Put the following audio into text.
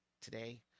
today